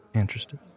interested